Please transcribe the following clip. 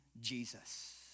Jesus